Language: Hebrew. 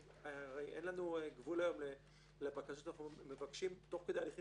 אין גבול היום לבקשות שאנחנו מבקשים תוך כדי הליכים